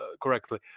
correctly